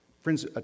Friends